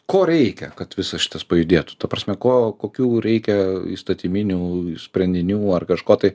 ko reikia kad visas šitas pajudėtų ta prasme ko kokių reikia įstatyminių sprendinių ar kažko tai